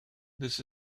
this